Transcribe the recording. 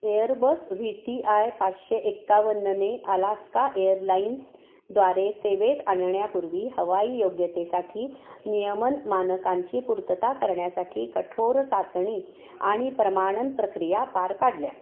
Airbus V T I पाचशे एकावन्नने Alaska एअरलाईन्सद्वारे सेवेत आणण्यापूर्वी हवाई योग्यतेसाठी नियमन मानकांची पूर्तता करण्यासाठी कठोर चाचणी आणि प्रमाणन प्रक्रिया पार पाडल्या